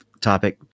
topic